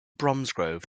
bromsgrove